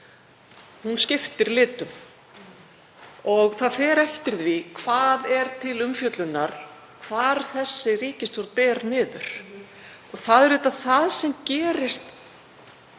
Hún skiptir litum og það fer eftir því hvað er til umfjöllunar hvar þessa ríkisstjórn ber niður. Það er auðvitað það sem gerist,